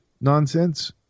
nonsense